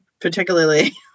particularly